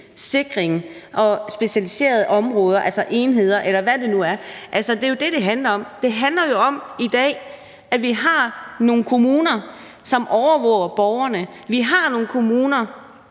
og specialiserede områder, altså enheder, eller hvad det nu er. Det er jo det, det handler om. Det handler jo om, at vi i dag har nogle kommuner, som overvåger borgerne; vi har nogle kommuner,